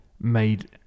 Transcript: made